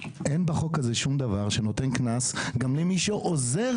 אין בחוק הזה שום דבר שנותן קנס גם למי שעוזר